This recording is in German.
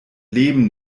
leben